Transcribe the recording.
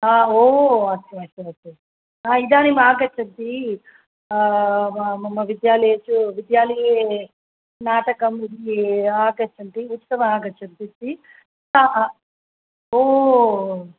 ओ अस्तु अस्तु अस्तु इदानीम् आगच्छति मम मम विद्यालयेषु विद्यालये नाटकं आगच्छन्ति उत्तमः आगच्छन्ति सा ओ